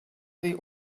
the